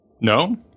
No